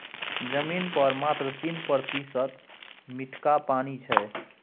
जमीन पर मात्र तीन प्रतिशत मीठका पानि छै